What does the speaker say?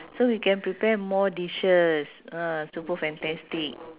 so we can prepare more dishes ah super fantastic